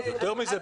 יותר זה.